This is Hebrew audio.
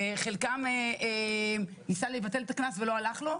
וחלקם ניסה לבטל את הקנס ולא הלך לו,